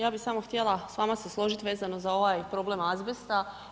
Ja bih samo htjela s vama se složiti vezano za ovaj problem azbesta.